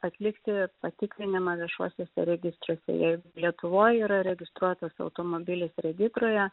atlikti patikrinimą viešuosiuose registruose jei lietuvoj yra registruotas automobilis regitroje